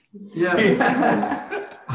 Yes